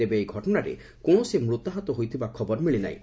ତେବେ ଏହି ଘଟଣାରେ କୌଣସି ମୃତାହତ ହୋଇଥିବା ଖବର ମିଳି ନାହିଁ